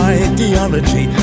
ideology